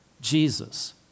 Jesus